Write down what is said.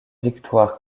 victoire